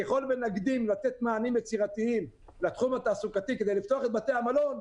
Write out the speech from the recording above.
ככל שנקדים לתת מענים יצירתיים לתחום התעסוקתי כדי לפתוח את בתי המלון,